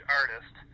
artist